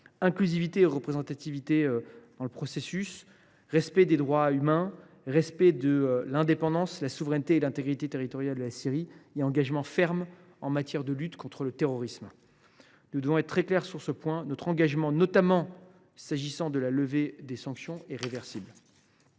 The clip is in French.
inclusivité et représentativité dans le processus ; respect des droits humains ; respect de l’indépendance, de la souveraineté et de l’intégrité territoriale de la Syrie ; et mise en œuvre d’une action ferme en matière de lutte antiterroriste. Nous devons être très clairs sur ce point : notre engagement, notamment en ce qui concerne la levée des sanctions, est réversible.